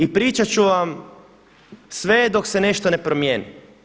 I pričat ću vam sve dok se nešto ne promijeni.